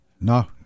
No